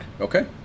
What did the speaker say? Okay